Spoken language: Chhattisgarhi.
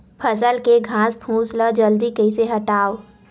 फसल के घासफुस ल जल्दी कइसे हटाव?